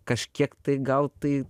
kažkiek tai gal tai